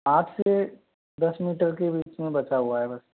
आठ से दस मीटर के बीच में बचा हुआ है बस